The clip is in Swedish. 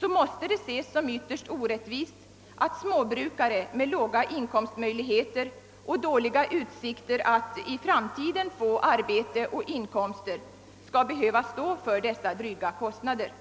så måste det ses som ytterst orättvist att småbrukare med låga inkomstmöjligheter och dåliga utsikter att i framtiden få arbete och inkomster skall behöva stå för dessa dryga kostnader.